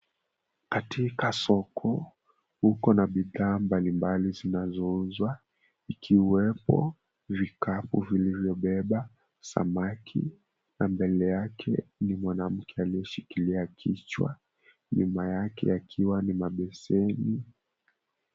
Katika soko uko na bidhaa mbalimbali zinazouzwa ikiwepo vikapu vilivyobeba samaki na mbele yake ni mwanamke aliyeshikilia kichwa, nyuma yake yakiwa ni mabeseni.